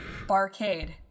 barcade